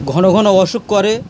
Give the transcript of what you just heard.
ঘন ঘন অসুখ করে